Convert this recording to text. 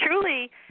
truly